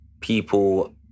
people